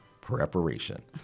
preparation